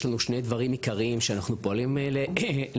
יש לנו שני דברים עיקריים שאנחנו פועלים לפיהם.